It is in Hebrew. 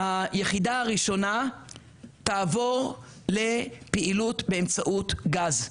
היחידה הראשונה תעבור לפעילות באמצעות גז,